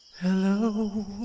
Hello